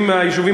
יישובים